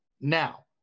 Now